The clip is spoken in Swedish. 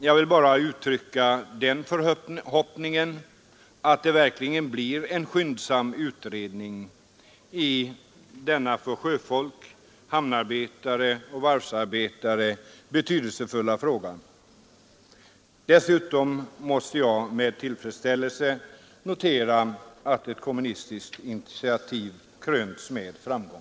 Jag vill bara uttrycka den förhoppningen att det verkligen blir en skyndsam utredning i denna för sjöfolk, hamnarbetare och varvsarbetare betydelsefulla fråga. Dessutom kan jag med tillfredsställelse notera att ett kommunistiskt initiativ krönts med framgång.